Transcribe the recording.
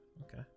okay